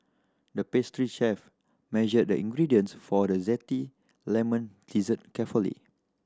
the pastry chef measured the ingredients for a zesty lemon dessert carefully